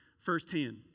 firsthand